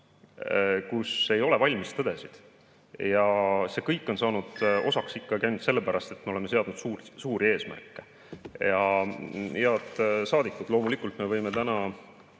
kus ei ole valmistõdesid. Ja see kõik on saanud osaks ikka sellepärast, et me oleme seadnud suuri eesmärke. Head saadikud! Loomulikult me võime täna